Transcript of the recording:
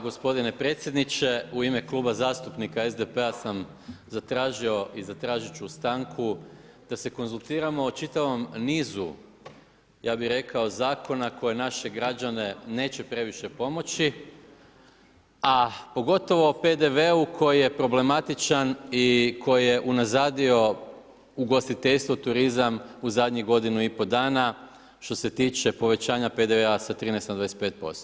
Gospodine predsjedniče, u ime Kluba zastupnika SDP-a sam zatražio i zatražiti ću stanku da se konzultiramo o čitavom nizu ja bi rekao, zakona koji naše građane neće previše pomoći, a pogotovo o PDV-u koji je problematičan i koji je unazadio ugostiteljstvo, turizam, u zadnjih godinu i pol dana, što se tiče povećanje PDV-a sa 13 na 25%